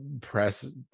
press